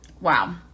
Wow